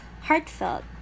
heartfelt